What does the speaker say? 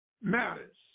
matters